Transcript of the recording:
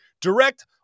Direct